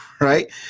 right